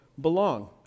belong